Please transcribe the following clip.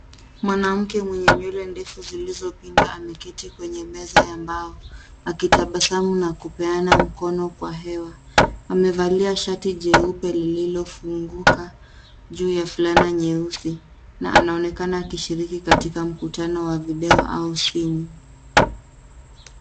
Mwanamke mwenye nywele ndefu zilizopinda ameketi kweney meza ya mbao akitabasamu na kupeana mkono kwa hewa. Amevalia shati jeupe lililofunguka juu ya fulana nyeusi na anaonekana akishiriki katika mkutano wa video au simu.